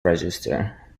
register